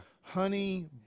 honey